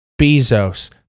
Bezos